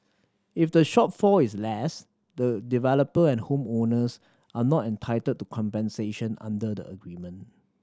if the shortfall is less the developer and home owners are not entitled to compensation under the agreement